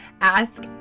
Ask